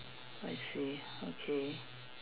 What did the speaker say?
I see okay